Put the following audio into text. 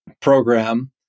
program